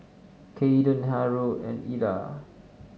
Kayden Harold and Eda